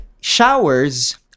showers